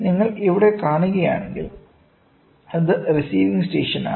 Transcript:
നിങ്ങൾ ഇവിടെ കാണുകയാണെങ്കിൽ അത് റിസിവിങ് സ്റ്റേഷനാണ്